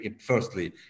firstly